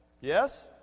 Yes